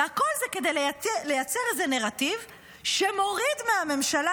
והכול זה כדי לייצר איזה נרטיב שמוריד מהממשלה